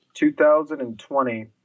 2020